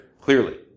clearly